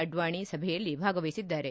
ಅಡ್ವಾಣಿ ಸಭೆಯಲ್ಲಿ ಭಾಗವಹಿಸಿದ್ದಾರೆ